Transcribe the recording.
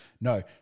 No